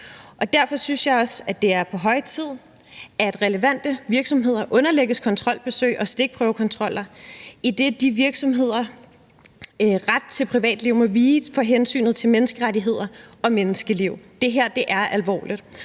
Derfor synes jeg også, det er på høje tid, at relevante virksomheder underlægges kontrolbesøg og stikprøvekontroller, idet de virksomheders ret til privatliv må vige for hensynet til menneskerettigheder og menneskeliv. Det her er alvorligt.